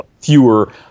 fewer